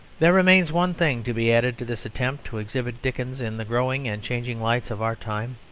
there remains one thing to be added to this attempt to exhibit dickens in the growing and changing lights of our time.